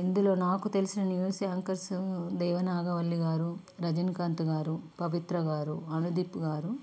ఇందులో నాకు తెలిసిన న్యూస్ యాంకర్స్ దేవ నాగవల్లి గారూ రజనీకాంత్ గారూ పవిత్ర గారు అనుదీప్ గారూ